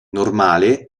normale